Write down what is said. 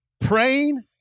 praying